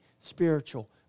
spiritual